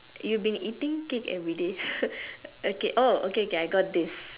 you been eating cake everyday okay oh okay I I got this